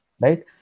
right